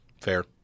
Fair